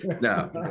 no